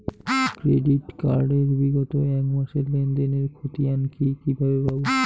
Credit card এর বিগত এক মাসের লেনদেন এর ক্ষতিয়ান কি কিভাবে পাব?